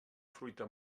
fruita